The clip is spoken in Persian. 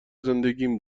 زندگیم